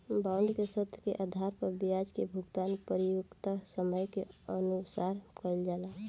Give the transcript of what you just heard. bond के शर्त के आधार पर ब्याज के भुगतान परिपक्वता समय के अनुसार कईल जाला